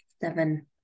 seven